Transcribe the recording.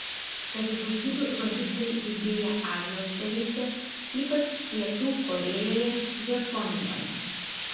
savižudybių rodikliai didėja azijos šalyse ypač pietų korėjoje japonijoje